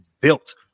built